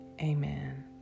Amen